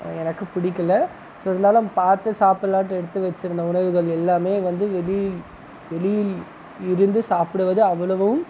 எனக்கு பிடிக்கல ஸோ இருந்தாலும் அதை பார்த்து சாப்பிட்லான்ட்டு எடுத்து வைச்சிருந்த உணவுகள் எல்லாம் வந்து இருந்து சாப்பிடுவது அவ்வளோவும்